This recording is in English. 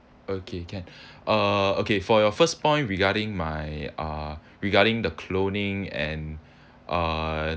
okay can uh okay for your first point regarding my uh regarding the cloning and uh